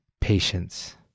patience